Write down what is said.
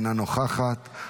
אינה נוכחת,